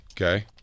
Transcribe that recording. okay